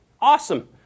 awesome